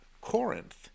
Corinth